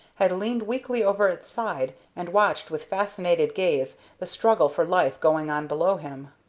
had leaned weakly over its side and watched with fascinated gaze the struggle for life going on below him.